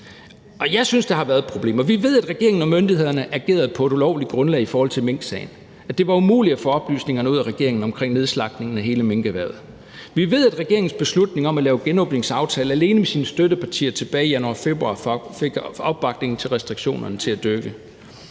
Jeg synes, at der har været problemer. Vi ved, at regeringen og myndighederne agerede på et ulovligt grundlag i forhold til minksagen. Det var umuligt at få oplysningerne ud af regeringen omkring nedslagtningen af hele minkerhvervet. Vi ved, at regeringens beslutning om at lave genåbningsaftale alene med sine støttepartier tilbage i januar-februar fik opbakningen til restriktionerne til at dykke.